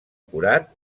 curat